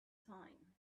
time